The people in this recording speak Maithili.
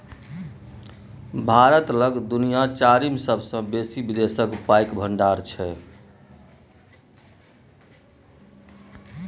भारत लग दुनिया चारिम सेबसे बेसी विदेशी पाइक भंडार छै